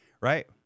right